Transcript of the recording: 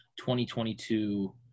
2022